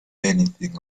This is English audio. anything